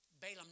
Balaam